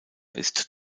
ist